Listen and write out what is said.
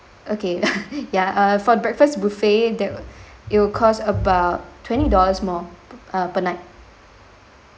okay ya uh for breakfast buffet that it'll cost about twenty dollars more uh per night